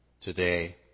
today